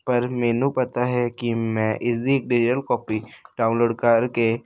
ਪਰ ਮੈਨੂੰ ਪਤਾ ਹੈ ਕਿ ਮੈਂ ਇਸਦੀ ਡਿਜ਼ਲ ਕਾਪੀ ਡਾਊਨਲੋਡ ਕਰਕੇ